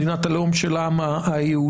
מדינת הלאום של העם היהודי,